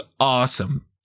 awesome